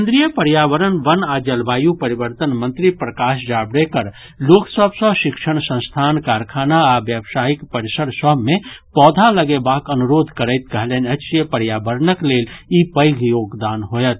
केन्द्रीय पर्यावरण वन आ जलवायु परिवर्तन मंत्री प्रकाश जावड़ेकर लोक सभ सँ शिक्षण संस्थान कारखाना आ व्यावसायिक परिसर सभ मे पौधा लगेबाक अनुरोध करैत कहलनि अछि जे पर्यावरणक लेल ई पैघ योगदान होयत